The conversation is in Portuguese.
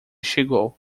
chegou